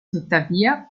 tuttavia